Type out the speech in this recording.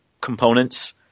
components